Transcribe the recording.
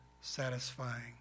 satisfying